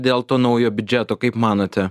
dėl to naujo biudžeto kaip manote